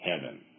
heaven